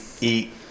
eat